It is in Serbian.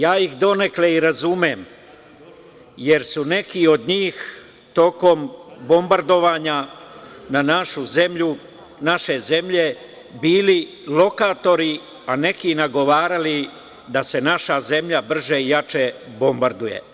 Ja ih donekle i razumem, jer su neki od njih tokom bombardovanja naše zemlje bili lokatori, a neki nagovarali da se naša zemlja brže i jače bombarduje.